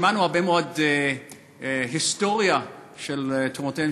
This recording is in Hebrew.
שמענו הרבה מאוד היסטוריה של תרומותיהם